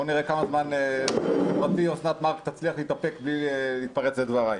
בואו נראה כמה זמן חברתי אוסנת מארק תצליח להתאפק בלי להתפרץ לדבריי.